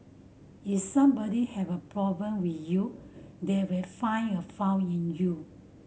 is somebody has a problem with you they will find a fault in you